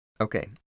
Okay